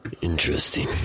Interesting